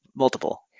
multiple